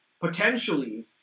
potentially